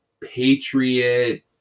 patriot